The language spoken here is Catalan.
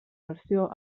versió